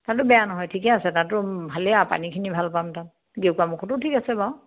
তাতো বেয়া নহয় ঠিকে আছে তাতো ভালেই আৰু পানীখিনি ভাল পাম তাত গেৰুকামুখত ঠিক আছে বাৰু